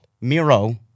Miro